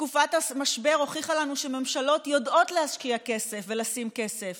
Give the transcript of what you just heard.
תקופת המשבר הוכיחה לנו שממשלות יודעות להשקיע כסף ולשים כסף